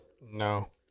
No